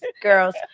girls